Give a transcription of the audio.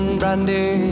brandy